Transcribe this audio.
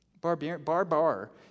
Barbar